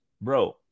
bro